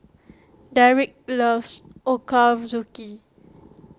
Dereck loves Ochazuke